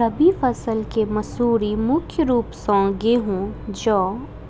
रबी फसल केँ मसूरी मुख्य रूप सँ गेंहूँ, जौ,